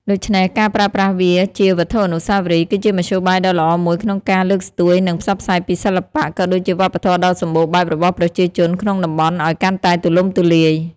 ដូច្នេះ ការប្រើប្រាស់វាជាវត្ថុអនុស្សាវរីយ៍ គឺជាមធ្យោបាយដ៏ល្អមួយក្នុងការលើកស្ទួយ និងផ្សព្វផ្សាយពីសិល្បៈ ក៏ដូចជាវប្បធម៌ដ៏សម្បូរបែបរបស់ប្រជាជនក្នុងតំបន់ឱ្យកាន់តែទូលំទូលាយ។